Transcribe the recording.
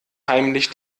heimlich